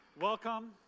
Welcome